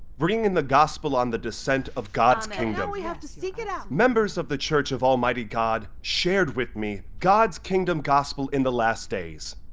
bringing the gospel on the descent of god's kingdom. now we have to seek it out! members of the church of almighty god shared with me god's kingdom gospel in the last days.